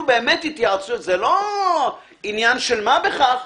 זה לא עניין של מה בכך.